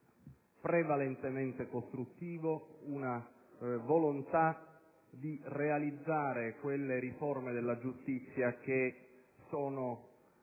prevalentemente costruttivo, una volontà di realizzare quelle riforme della giustizia che sono